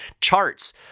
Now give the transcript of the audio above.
charts